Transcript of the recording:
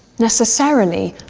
necessarily,